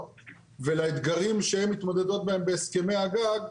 ולאתגרים שהם מתמודדות בהם בהסכמי הגג.